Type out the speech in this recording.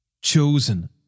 chosen